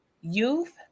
youth